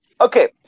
Okay